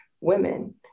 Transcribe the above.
women